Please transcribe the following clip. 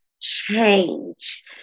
change